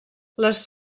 les